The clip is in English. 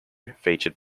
featured